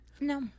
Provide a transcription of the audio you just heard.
No